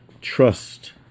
trust